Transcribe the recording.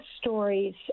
stories